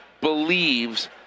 believes